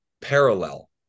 parallel